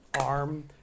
arm